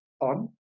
on